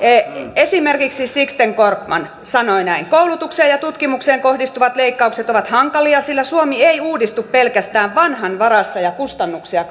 esimerkiksi sixten korkman sanoi näin koulutukseen ja tutkimukseen kohdistuvat leikkaukset ovat hankalia sillä suomi ei uudistu pelkästään vanhan varassa ja kustannuksia